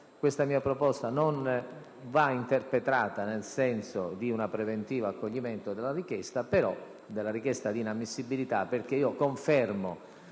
Grazie,